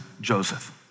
Joseph